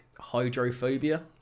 hydrophobia